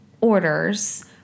orders